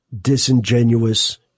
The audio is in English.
disingenuous